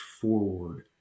forward